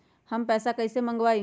हम पैसा कईसे मंगवाई?